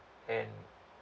and